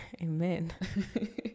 Amen